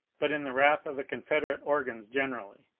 but in the wrath of the confederate organs generally,